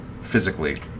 physically